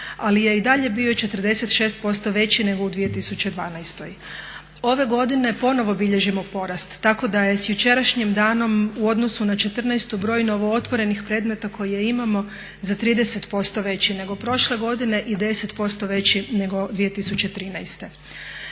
ali je i dalje bio 46% veći nego u 2012. Ove godine ponovo bilježimo porast tako da je s jučerašnjim danom u odnosu na 2014.broj novootvorenih predmeta koje imamo za 30% veći nego prošle godine i 10% veći nego 2013.